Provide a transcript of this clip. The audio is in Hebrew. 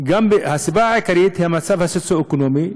הסיבה העיקרית היא המצב הסוציו-אקונומי,